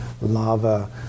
lava